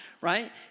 right